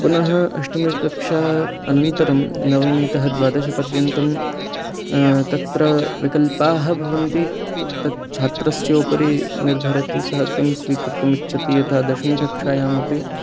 पुनः अष्टमीकक्षातः अनन्तरं नवमीतः द्वादशपर्यन्तं तत्र विकल्पाः भवन्ति तत् छात्रस्य उपरि निर्भरति सः किं स्वीकर्तुम् इच्छति यथा दशमीकक्षायामपि